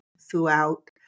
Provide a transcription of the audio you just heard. throughout